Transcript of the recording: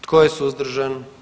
Tko je suzdržan?